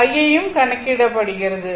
I யும் கணக்கிடப்படுகிறது